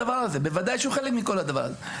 בוודאי שהוא חלק מכל הדבר הזה.